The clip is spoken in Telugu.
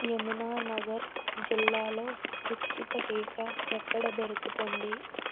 యమునానగర్ జిల్లాలో ఉచిత టీకా ఎక్కడ దొరుకుతుంది